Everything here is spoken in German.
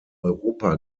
europa